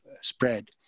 spread